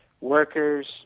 workers